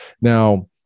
Now